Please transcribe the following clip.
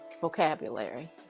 vocabulary